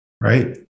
right